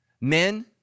Men